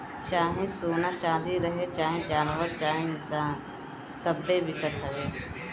चाहे सोना चाँदी रहे, चाहे जानवर चाहे इन्सान सब्बे बिकत हवे